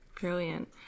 Brilliant